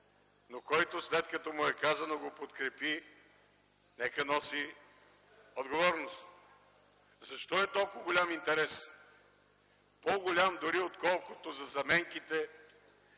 но който след като му е казано го подкрепи – нека носи отговорност. Защо е толкова голям интересът? По-голям дори, отколкото за заменките